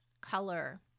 color